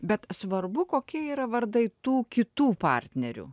bet svarbu kokie yra vardai tų kitų partnerių